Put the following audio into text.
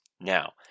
Now